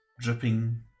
dripping